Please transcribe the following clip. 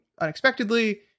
unexpectedly